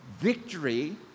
victory